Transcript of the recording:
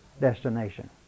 destination